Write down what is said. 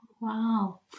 Wow